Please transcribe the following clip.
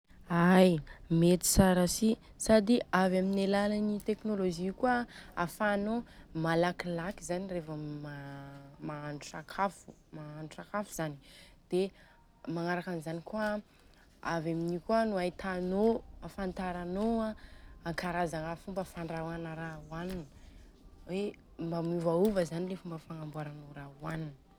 Ai, mety tsara si sady avy amin'ny alalan'ny teknôlojia kôa an afahanô malakilaky zany revô ma mahandro sakafo, mahandro sakafo zany, dia magnaraka anizany kôa an avy amin'io kôa nô ahitanô. Afantaranô karazagna fomba fandrahôana raha ohanina hoe mba miovaova zany fomba fagnambôrana raha ohanina.